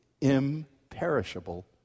Imperishable